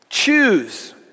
Choose